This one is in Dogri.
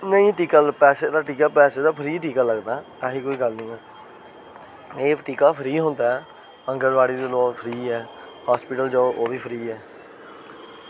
ओह् होई पैसे दी गल्ल ते टीका फ्री टीका लगदा ऐसी केह् गल्ल ऐ एह् टीका फ्री होंदा आंगनबाड़ी च फ्री ऐ हॉस्पिटल जाओ ओह्बी फ्री ऐ